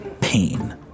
Pain